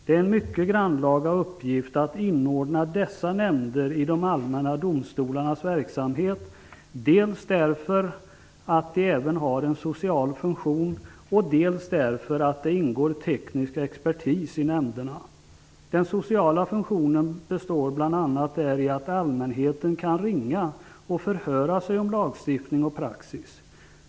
Det är en mycket grannlaga uppgift att inordna dessa nämnder i de allmänna domstolarnas verksamhet, dels därför att de även har en social funktion, dels därför att det ingår teknisk expertis i nämnderna. Den sociala funktionen består bl.a. däri att allmänheten kan ringa och förhöra sig om lagstiftning och praxis.